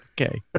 okay